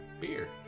beer